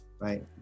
right